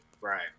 Right